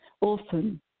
often